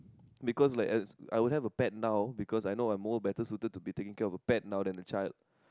because like as I would have a pet now because I know I am more suited to taking care of a pet now than a child